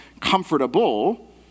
comfortable